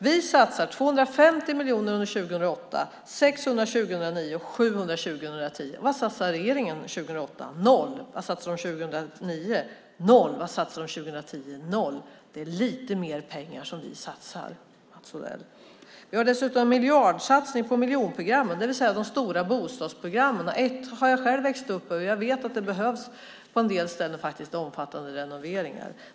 Vi satsar 250 miljoner under 2008, 600 under 2009 och 700 under 2010. Vad satsar regeringen 2008? Noll. Vad satsar regeringen 2009? Noll. Vad satsar regeringen 2010? Noll. Det är lite mer pengar som vi satsar, Mats Odell. Vi gör dessutom en miljardsatsning på miljonprogrammet, det vill säga de stora bostadsprogrammen. Ett sådant område har jag själv vuxit upp i, och jag vet att det på en del ställen behövs omfattande renoveringar.